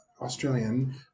Australian